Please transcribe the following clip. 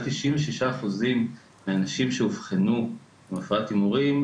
96% מהאנשים שאובחנו עם הפרעת הימורים,